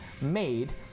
made